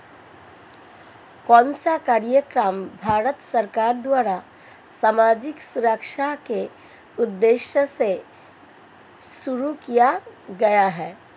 कौन सा कार्यक्रम भारत सरकार द्वारा सामाजिक सुरक्षा के उद्देश्य से शुरू किया गया है?